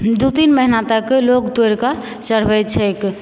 दू तीन महिना तक लोग तोड़ि कऽ चढ़बै छैक